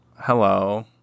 hello